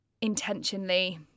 intentionally